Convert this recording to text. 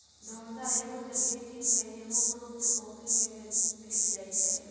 घोंघा एगो जलिये जीव हइ, जे मुख्य रुप से पोखरि में भेंट जाइ छै